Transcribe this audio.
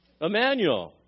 Emmanuel